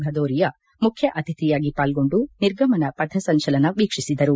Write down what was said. ಭದೋರಿಯಾ ಮುಖ್ಯ ಅತಿಥಿಯಾಗಿ ಪಾಲ್ಗೊಂಡು ನಿರ್ಗಮನ ಪಥ ಸಂಚಲನವನ್ನು ವೀಕ್ಷಿಸಿದರು